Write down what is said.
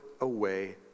away